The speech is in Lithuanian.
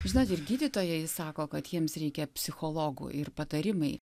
žinot ir gydytojai sako kad jiems reikia psichologų ir patarimai